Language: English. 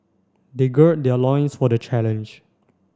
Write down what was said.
they gird their loins for the challenge